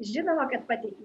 žinoma kad patikiu